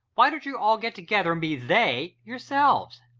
why don't you all get together and be they yourselves?